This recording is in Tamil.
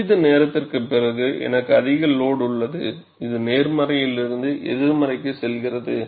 சிறிது நேரத்திற்குப் பிறகு எனக்கு அதிக லோடு உள்ளது இது நேர்மறையிலிருந்து எதிர்மறைக்குச் செல்கிறது